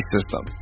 System